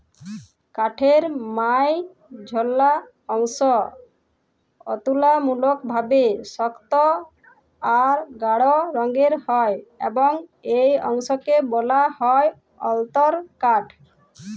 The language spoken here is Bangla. কাঠের মাইঝল্যা অংশ তুললামূলকভাবে সক্ত অ গাঢ় রঙের হ্যয় এবং ই অংশকে ব্যলা হ্যয় অল্তরকাঠ